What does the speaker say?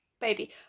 baby